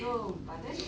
no but then